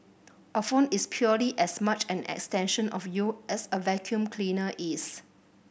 a phone is purely as much an extension of you as a vacuum cleaner is